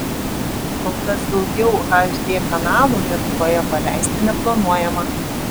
kol kas daugiau hd kanalų lietuvoje paleisti neplanuojama